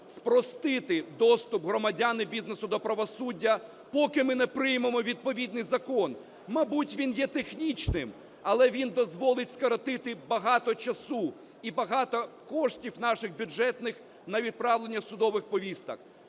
спростити доступ громадян і бізнесу до правосуддя, поки ми не приймемо відповідний закон. Мабуть, він є технічним, але він дозволить скоротити багато часу і багато коштів наших бюджетних на відправлення судових повісток.